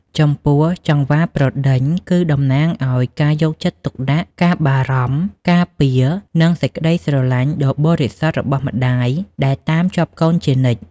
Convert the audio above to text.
ចំពោះ "ចង្វាប្រដេញ" គឺតំណាងឲ្យការយកចិត្តទុកដាក់ ការបារម្ភ ការពារ និងសេចក្ដីស្រឡាញ់ដ៏បរិសុទ្ធរបស់ម្ដាយ ដែលតាមជាប់កូនជានិច្ច។